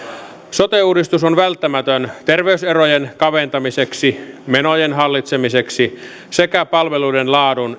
sote uudistus on välttämätön terveyserojen kaventamiseksi menojen hallitsemiseksi sekä palveluiden laadun